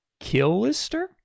killister